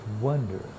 wonder